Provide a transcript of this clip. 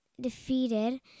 defeated